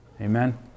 Amen